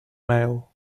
male